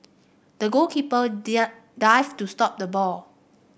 the goalkeeper dived to stop the ball